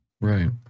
Right